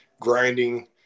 grinding